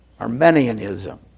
Armenianism